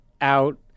out